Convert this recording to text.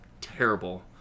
terrible